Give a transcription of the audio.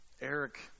Eric